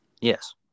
yes